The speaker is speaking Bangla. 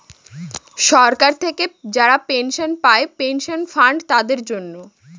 সরকার থেকে যারা পেনশন পায় পেনশন ফান্ড তাদের জন্য